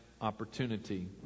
opportunity